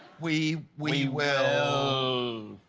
we. we will. so